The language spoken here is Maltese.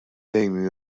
dejjem